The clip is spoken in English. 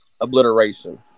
Obliteration